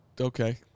okay